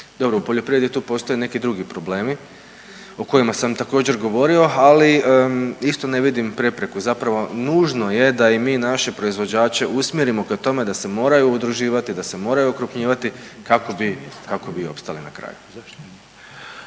Dobro u poljoprivredi tu postoje neki drugi problemi o kojima sam također govorio, ali isto ne vidim prepreku, zapravo nužno je da i mi naše proizvođače usmjerimo ka tome da se moraju udruživati, da se moraju okrupnjivati kako bi opstali na kraju.